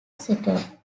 second